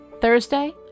Thursday